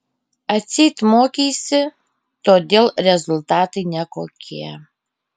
atseit mokeisi todėl rezultatai nekokie